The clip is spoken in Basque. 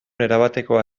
erabatekoa